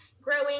growing